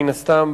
מן הסתם,